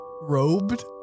Robed